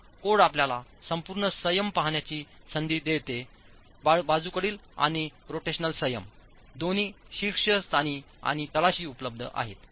तर कोड आपल्याला संपूर्ण संयम पाहण्याची संधी देते बाजूकडील आणि रोटेशनल संयम दोन्ही शीर्षस्थानी आणि तळाशी उपलब्ध आहेत